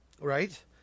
Right